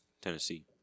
Tennessee